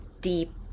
deep